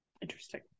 interesting